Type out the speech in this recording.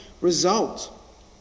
result